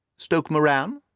stoke moran?